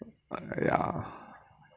ya